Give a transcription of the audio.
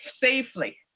safely